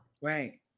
Right